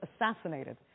assassinated